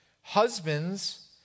Husbands